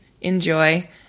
enjoy